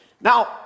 Now